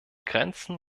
grenzen